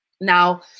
Now